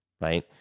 right